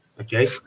okay